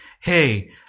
Hey